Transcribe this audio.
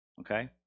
Okay